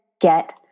get